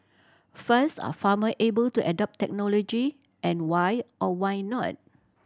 first are farmer able to adopt technology and why or why not